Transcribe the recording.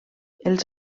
els